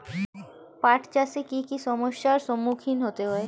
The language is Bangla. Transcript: পাঠ চাষে কী কী সমস্যার সম্মুখীন হতে হয়?